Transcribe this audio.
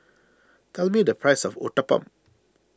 tell me the price of Uthapam